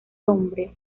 hombre